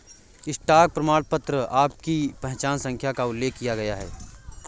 stock प्रमाणपत्र पर आपकी पहचान संख्या का उल्लेख किया गया है